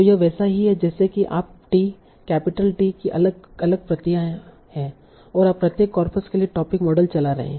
तो यह वैसा ही है जैसे कि आप टी कैपिटल टी की अलग अलग प्रतियां हैं और आप प्रत्येक कॉर्पस के लिए टोपिक मॉडल चला रहे हैं